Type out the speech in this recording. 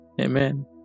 amen